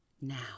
Now